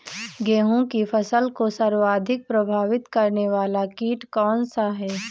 गेहूँ की फसल को सर्वाधिक प्रभावित करने वाला कीट कौनसा है?